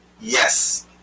yes